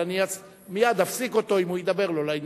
אבל אני מייד אפסיק אותו אם הוא ידבר לא לעניין.